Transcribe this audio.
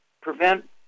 prevent